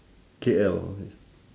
K_L